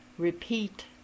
Repeat